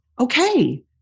okay